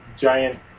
giant